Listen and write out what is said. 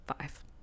five